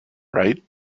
right